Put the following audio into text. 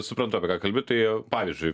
suprantu apie ką kalbi tai pavyzdžiui